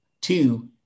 Two